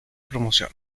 promoción